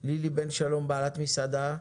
לילי בן שלום בעלת מסעדה,